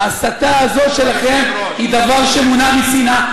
ההסתה הזו שלכם היא דבר שמוּנע משנאה,